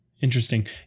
Interesting